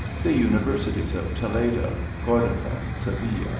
the universities of toledo, cordova, se ville,